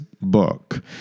book